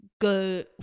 go